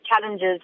challenges